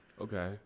okay